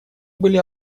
были